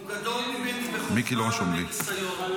הוא גדול ממני בחוכמה ובניסיון.